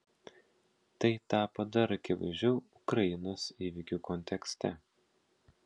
tai tapo dar akivaizdžiau ukrainos įvykių kontekste